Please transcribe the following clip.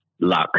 Luck